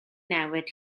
newid